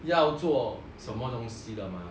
要做什么东西的 mah